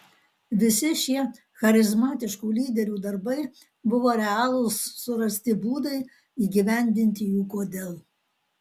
visi šie charizmatiškų lyderių darbai buvo realūs surasti būdai įgyvendinti jų kodėl